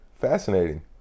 Fascinating